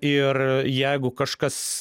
ir jeigu kažkas